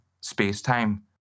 space-time